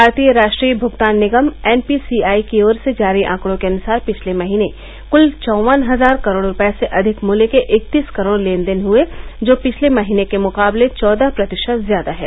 भारतीय राष्ट्रीय भुगतान निगम एन पी सी आई की ओर से जारी आंकड़ों के अनुसार पिछले महीने क्ल चौवन हजार करोड़ रुपये से अधिक मूल्य के इकतीस करोड़ लेन देन हुए जो पिछले महीने के मुकाबले चौदह प्रतिशत ज्यादा है